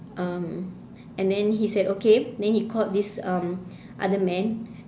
um and then he said okay and then he called this um other man